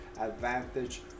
advantage